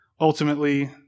Ultimately